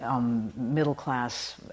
middle-class